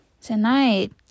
tonight